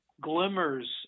glimmers